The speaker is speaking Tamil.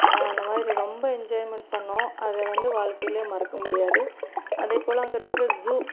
அந்த மாதிரி ரொம்ப என்ஜாய்மென்ட் பண்ணிணோம் அதை வந்து வாழ்க்கையில் மறக்க முடியாது அதேபோல் அங்கே இருக்கிற ஜூ